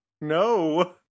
No